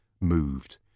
moved